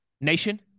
nation